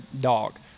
dog